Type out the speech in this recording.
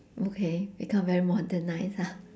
okay become very modernised ah